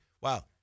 wow